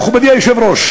המדינה, מכובדי היושב-ראש,